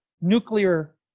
nuclear